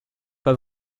pas